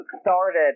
started